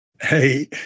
Hey